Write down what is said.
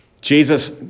Jesus